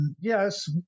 yes